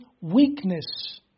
weakness